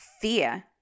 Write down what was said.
fear